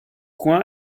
coin